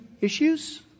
issues